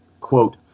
quote